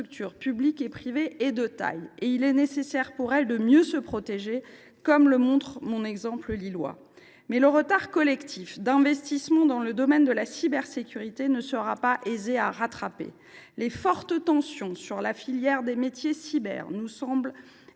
publiques et privées est de taille : il importe de mieux se protéger, comme le montre mon exemple lillois. Cependant, le retard collectif d’investissement dans le domaine de la cybersécurité ne sera pas aisé à rattraper. Les fortes tensions sur la filière des métiers cyber nous semblent